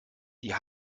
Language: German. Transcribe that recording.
die